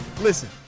listen